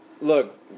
look